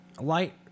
light